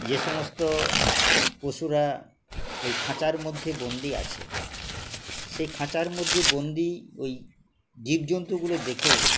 যে সমস্ত পশুরা ওই খাঁচার মধ্যে বন্দী আছে সেই খাঁচার মধ্যে বন্দি ওই জীবজন্তুগুলো দেখে